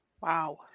Wow